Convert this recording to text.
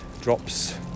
drops